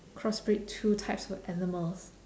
cross breed two types of animals